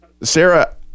Sarah